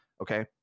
okay